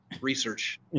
Research